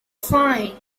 fine